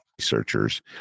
researchers